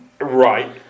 Right